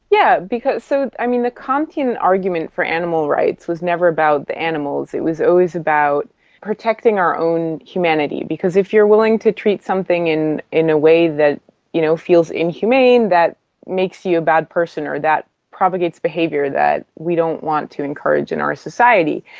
yeah so i mean, the kantian argument for animal rights was never about the animals, it was always about protecting our own humanity, because if you are willing to treat something in a way that you know feels inhumane, that makes you a bad person or that propagates behaviour that we don't want to encourage in our society.